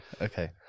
Okay